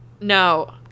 No